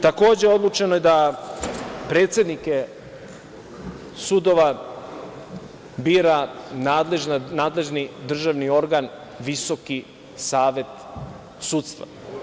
Takođe, odlučeno je da predsednike sudova bira nadležni državni organ, Visoki savet sudstva.